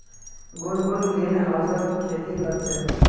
गुनगुन ग्रीनहाउसत खेती कर छ